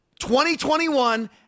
2021